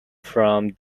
from